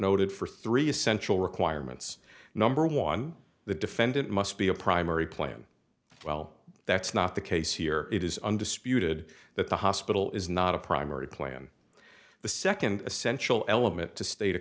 noted for three essential requirements number one the defendant must be a primary plan well that's not the case here it is undisputed that the hospital is not a primary plan the second essential element to sta